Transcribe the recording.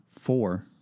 four